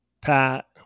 Pat